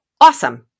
Awesome